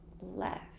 left